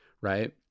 right